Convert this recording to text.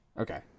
Okay